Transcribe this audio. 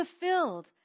fulfilled